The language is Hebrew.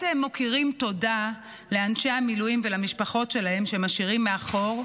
מכירים תודה לאנשי המילואים ולמשפחות שלהם שהם משאירים מאחור.